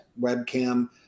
webcam